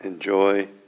Enjoy